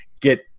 get